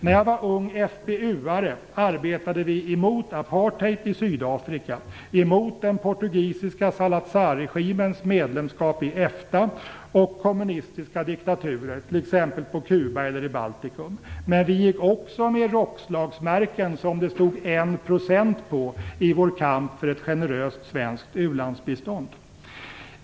När jag var ung FPU:are arbetade vi emot apartheid i Sydafrika, den portugisiska Salazarregimens medlemskap i EFTA och kommunistiska diktaturer, t.ex. på Kuba eller i Baltikum. Men vi gick också med rockslagsmärken som det stod "1 %" på i vår kamp för ett generöst svenskt u-landsbistånd.